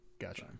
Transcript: Gotcha